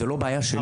זאת לא בעיה שלי.